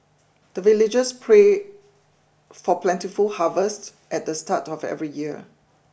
the villagers pray for plentiful harvest at the start of every year